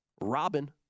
Robin